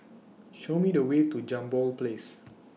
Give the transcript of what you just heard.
Show Me The Way to Jambol Place